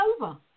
over